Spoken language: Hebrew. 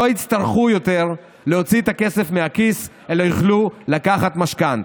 לא יצטרכו יותר להוציא את הכסף מהכיס אלא יוכלו לקחת משכנתה.